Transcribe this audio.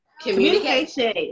Communication